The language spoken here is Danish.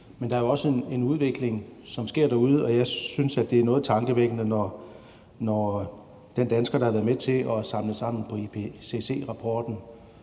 Men der er jo også en udvikling, som sker derude, og jeg synes, det er noget tankevækkende, når den dansker, der har været med til at samle sammen på IPCC-rapporten,